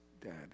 dad